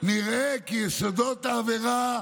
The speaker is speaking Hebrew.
נראה כי יסודות העבירה